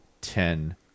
Ten